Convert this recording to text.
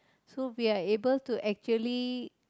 so we are able to actually